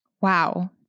Wow